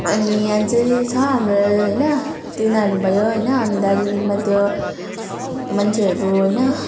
अनि यहाँ चाहिँ छ हाम्रो होइन तिनीहरू भयो होइन अनि दार्जिलिङमा त्यो मान्छेहरू होइन